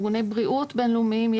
ארגוני בריאות בינלאומיים,